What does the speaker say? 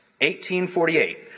1848